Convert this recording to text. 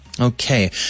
Okay